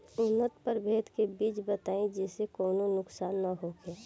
उन्नत प्रभेद के बीज बताई जेसे कौनो नुकसान न होखे?